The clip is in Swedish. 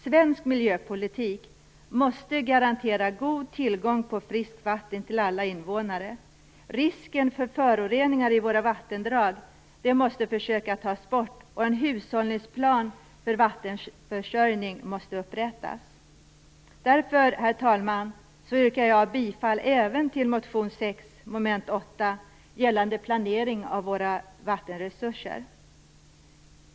Svensk miljöpolitik måste garantera god tillgång på friskt vatten till alla invånare. Risken för föroreningar i våra vattendrag måste vi försöka ta bort, och en hushållningsplan för vattenförsörjning måste upprättas. Därför, herr talman, yrkar jag bifall även till motion 6, mom. 8, gällande planering av våra vattenresurser.